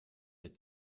der